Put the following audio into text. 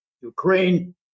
Ukraine